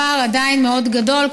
הפער עדיין מאוד גדול.